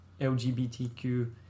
LGBTQ